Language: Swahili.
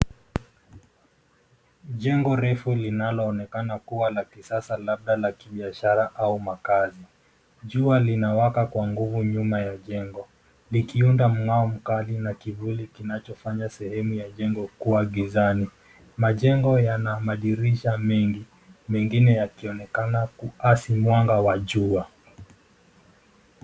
Jengo refu linaloonekana kuwa la kisasa, labda la kibiashara au makazi. Jua linawaka kwa nguvu nyuma ya jengo likiunda mng'ao mkali na kivuli kinachofanya sehemu ya jengo kuwa gizani. Majengo yana madirisha mengi, mengine yakionekana kuasi mwanga wa jua.